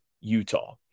Utah